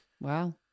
Wow